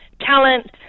talent